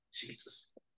Jesus